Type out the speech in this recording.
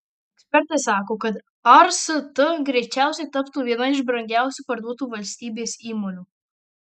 ekspertai sako kad rst greičiausiai taptų viena iš brangiausiai parduotų valstybės įmonių